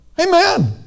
Amen